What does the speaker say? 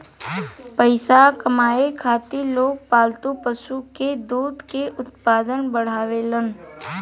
पइसा कमाए खातिर लोग पालतू पशु के दूध के उत्पादन बढ़ावेलन